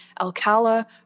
Alcala